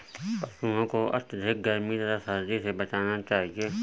पशूओं को अत्यधिक गर्मी तथा सर्दी से बचाना चाहिए